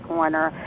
Corner